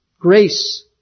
grace